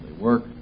work